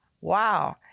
wow